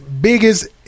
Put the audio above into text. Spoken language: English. Biggest